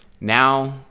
Now